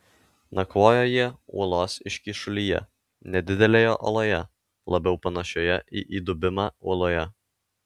nakvojo jie uolos iškyšulyje nedidelėje oloje labiau panašioje į įdubimą uoloje